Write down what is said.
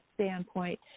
standpoint